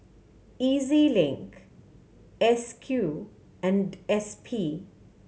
E Z Link S Q and S P